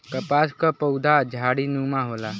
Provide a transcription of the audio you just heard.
कपास क पउधा झाड़ीनुमा होला